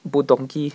boon tong kee